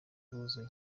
rwuzuye